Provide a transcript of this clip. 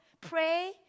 pray